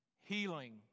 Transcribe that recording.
healing